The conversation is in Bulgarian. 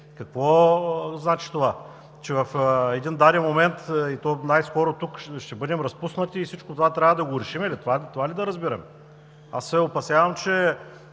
Какво значи това? В един даден момент, и то най-скоро, тук ще бъдем разпуснати и всичко това трябва да го решим ли? Това ли да разбирам? Аз се опасявам, че